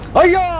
are you